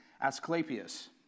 Asclepius